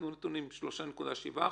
של 3.7%,